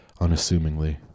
unassumingly